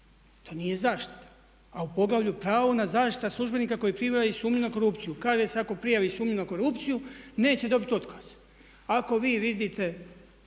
To nije zaštita, a u poglavlju pravo na zaštitu službenika koji prijave sumnjivu na korupciju, kaže se ako prijavi sumnju na korupciju neće dobiti otkaz. Ako vi vidite